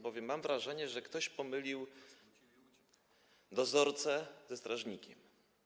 bowiem mam wrażenie, że ktoś pomylił dozorcę ze strażnikiem.